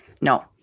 No